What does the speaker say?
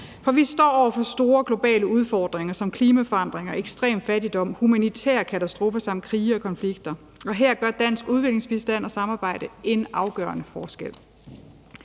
Vi står over for store globale udfordringer som klimaforandringer, ekstrem fattigdom, humanitære katastrofer samt krige og konflikter, og her gør dansk udviklingsbistand og samarbejde en afgørende forskel.